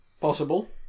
Possible